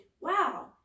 Wow